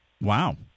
Wow